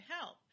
help